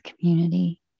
community